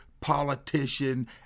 politician